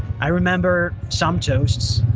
i remember some toasts,